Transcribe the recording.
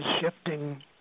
shifting